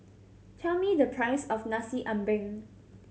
tell me the price of Nasi Ambeng